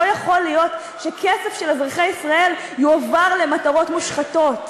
לא יכול להיות שכסף של אזרחי ישראל יועבר למטרות מושחתות.